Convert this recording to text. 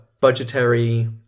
budgetary